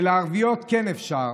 ולערביות כן אפשר,